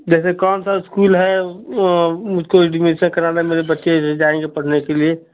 जैसे कौन सा स्कूल है उसको एडमिशन कराने में मेरे बच्चे जायेंगे पढ़ने के लिये